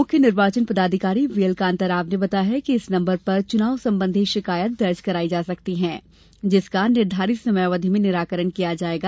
मुख्य निर्वाचन पदाधिकारी वी एल कान्ताराव ने बताया कि इस नंबर पर चुनाव संबंधी शिकायत दर्ज करायी जा सकती है जिसका निर्धारित समयावधि में निराकरण किया जायेगा